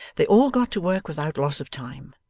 they all got to work without loss of time,